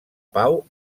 pau